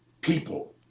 people